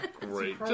great